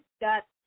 got